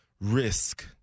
risk